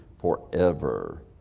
Forever